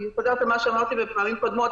אני חוזרת על מה שאמרתי בפעמים קודמות,